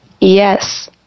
Yes